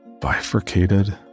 bifurcated